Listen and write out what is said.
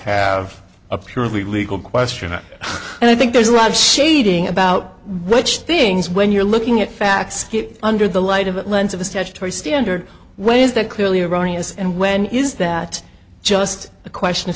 have a purely legal question and i think there's a lot of shading about which things when you're looking at facts under the light of a lens of a statutory standard when is that clearly erroneous and when is that just a question